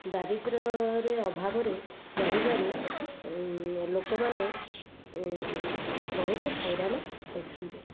ଦାରିଦ୍ର୍ୟରେ ଅଭାବରେ ରହିବାରୁ ଲୋକମାନେ ବହୁତ ହଇରାଣ ହୋଇଥାନ୍ତି